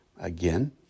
again